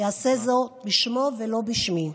שיעשה זאת בשמו ולא בשמי.